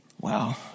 Wow